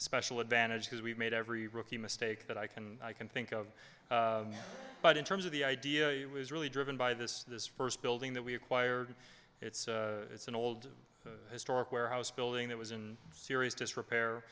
special advantage because we've made every rookie mistake that i can i can think of but in terms of the idea it was really driven by this this first building that we acquired it's it's an old historic warehouse building that was in serious disrepair